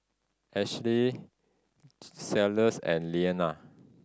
Ashely Cellus and Leana